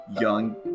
young